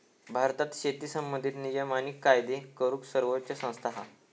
भारतात शेती संबंधित नियम आणि कायदे करूक सर्वोच्च संस्था हा